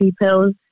pills